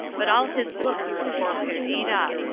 but all his looks were for perdita.